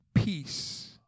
Peace